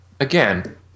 again